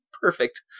perfect